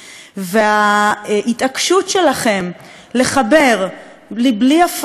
ההתעקשות שלכם לחבר לבלי הפרד בין